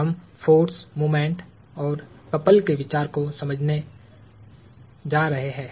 हम force moment और couple के विचार को समझाने जा रहे हैं